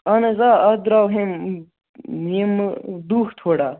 اہن حظ آ اَتھ دَرٛاو ہیٚمہِ یِمہٕ دُہ تھُوڑا